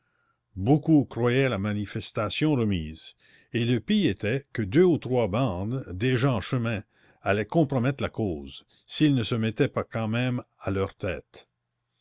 beaucoup croyaient la manifestation remise et le pis était que deux ou trois bandes déjà en chemin allaient compromettre la cause s'il ne se mettait pas quand même à leur tête